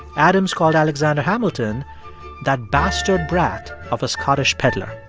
adams called alexander hamilton that bastard brat of a scottish peddler.